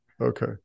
okay